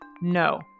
No